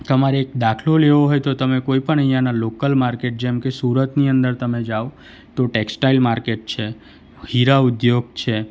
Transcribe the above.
તમારે એક દાખલો લેવો હોય તો તમે કોઈ પણ અહીંયાના લોકલ માર્કેટ જેમ કે સુરતની અંદર તમે જાઓ તો ટેક્સટાઇલ માર્કેટ છે હીરા ઉદ્યોગ છે